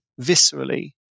viscerally